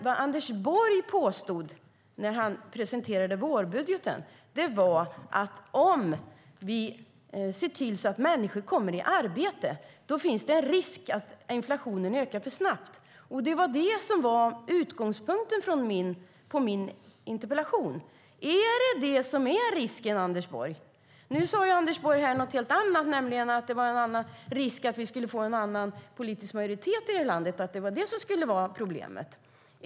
När Anders Borg presenterade vårbudgeten påstod han dock att om vi ser till att människor kommer i arbete finns det en risk att inflationen ökar för snabbt. Detta var utgångspunkten i min interpellation. Är det detta som är risken, Anders Borg? Nu sade Anders Borg något helt annat här, nämligen att risken är att vi får en annan politisk majoritet i det här landet och att det är problemet.